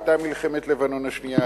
היתה מלחמת לבנון השנייה,